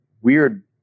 weird